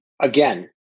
again